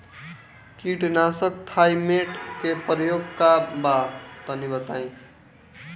कीटनाशक थाइमेट के प्रयोग का बा तनि बताई?